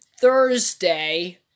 Thursday